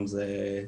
אם זה אפשרי.